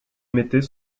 mettait